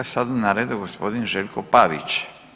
Sada je na redu g. Željko Pavić.